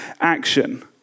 action